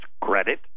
credit